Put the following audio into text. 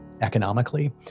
economically